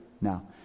now